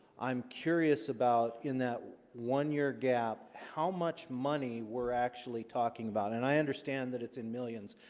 i'm curious about in that one year gap how much money were actually talking about and i understand that it's in millions.